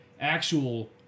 actual